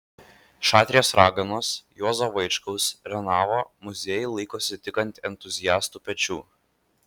šatrijos raganos juozo vaičkaus renavo muziejai laikosi tik ant entuziastų pečių